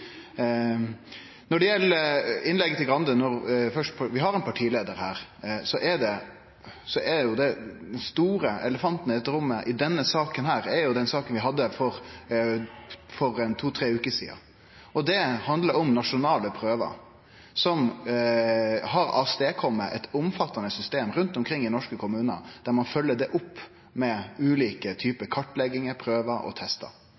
Når det gjeld innlegget til Skei Grande – når vi først har ein partileiar her – er den store elefanten i rommet i denne saka, den saka vi hadde for to–tre veker sidan. Det handlar om nasjonale prøver, som har ført til eit omfattande system rundt omkring i norske kommunar, der ein følgjer det opp med ulike